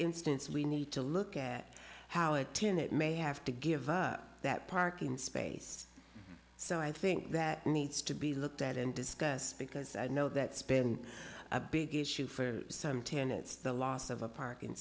instance we need to look at how a tenet may have to give up that parking space so i think that needs to be looked at and discussed because i know that's been a big issue for some tenets the loss of a parking